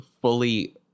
fully